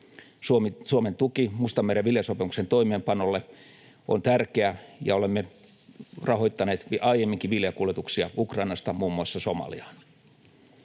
Suomen tuki Mustanmeren viljasopimuksen toimeenpanolle on tärkeä, ja olemme rahoittaneet aiemminkin viljakuljetuksia Ukrainasta muun muassa Somaliaan.